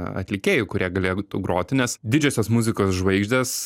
atlikėjų kurie galėtų groti nes didžiosios muzikos žvaigždės